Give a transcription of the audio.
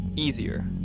EASIER